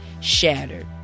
shattered